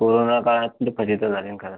corona काळात लय फजिती झाली ना घरात